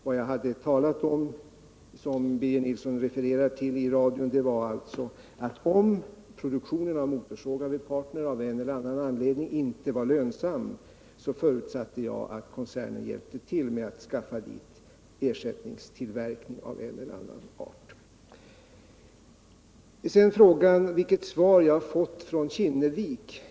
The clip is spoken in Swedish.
Vad jag hade talat om i radio och som Birger Nilsson refererade till var att om produktionen av motorsågar vid Partner av en eller annan anledning inte var lönsam, så förutsatte jag att koncernen hjälpte till med att skaffa dit ersättningstillverkning av en eller annan art. Birger Nilsson vill veta vilket svar jag fått från Kinnevik.